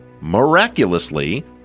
Miraculously